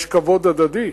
יש כבוד הדדי,